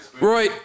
Roy